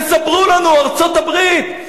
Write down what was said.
תספרו לנו, ארצות-הברית.